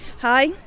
Hi